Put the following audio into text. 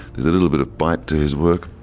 there's a little bit of bite to his work.